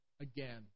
again